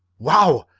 wow!